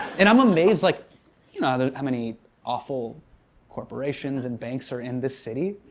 and i'm amazed like, you know how many awful corporations and banks are in this city.